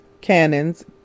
cannons